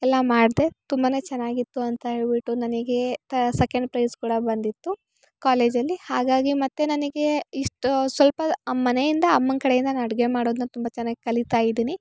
ಎಲ್ಲ ಮಾಡಿದೆ ತುಂಬಾ ಚೆನ್ನಾಗಿತ್ತು ಅಂತ ಹೇಳ್ಬಿಟ್ಟು ನನಗೆ ತ ಸೆಕೆಂಡ್ ಪ್ರೈಸ್ ಕೂಡ ಬಂದಿತ್ತು ಕಾಲೇಜಲ್ಲಿ ಹಾಗಾಗಿ ಮತ್ತು ನನಗೆ ಇಷ್ಟು ಸ್ವಲ್ಪ ಆ ಮನೆಯಿಂದ ಅಮ್ಮನ ಕಡೆಯಿಂದ ಅಡಿಗೆ ಮಾಡೋದ್ನ ತುಂಬ ಚೆನ್ನಾಗ್ ಕಲಿತ ಇದ್ದೀನಿ